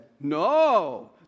no